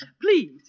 please